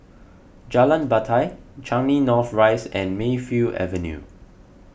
Jalan Batai Changi North Rise and Mayfield Avenue